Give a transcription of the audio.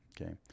Okay